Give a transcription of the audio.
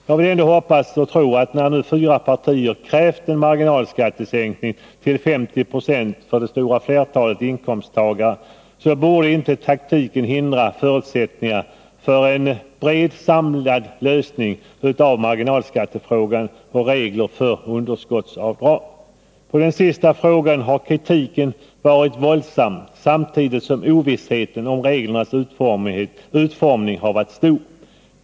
Jag vill ändå hoppas och tro att när nu fyra partier krävt en marginalskattesänkning till 50 2 för det stora flertalet inkomsttagare, så skall inte taktiken hindra förutsättningarna för en bred samlad lösning av marginalskattefrågan och frågan om regler för underskottsavdragen. När det gäller den sistnämnda frågan har kritiken varit våldsam, samtidigt som ovissheten om reglernas utformning har varit stor.